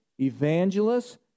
evangelists